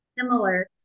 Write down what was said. similar